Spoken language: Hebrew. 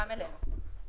גם אלינו.